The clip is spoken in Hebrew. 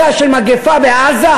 מגפה בעזה